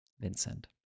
Vincent